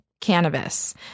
cannabis